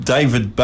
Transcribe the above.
David